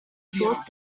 source